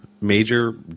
major